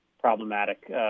problematic